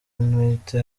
ntwite